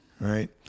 Right